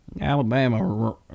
Alabama –